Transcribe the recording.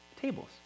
tables